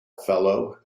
fellow